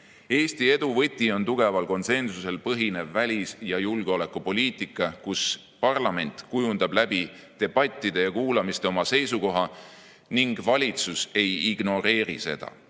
Eesti edu võti on tugeval konsensusel põhinev välis- ja julgeolekupoliitika, kus parlament kujundab debattide ja kuulamiste abil oma seisukoha ning valitsus ei ignoreeri seda.